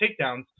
takedowns